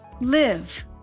Live